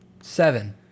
Seven